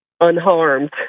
unharmed